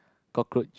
cockroach